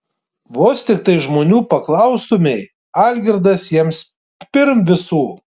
vos tiktai žmonių paklaustumei algirdas jiems pirm visų